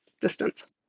distance